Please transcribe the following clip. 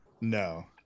No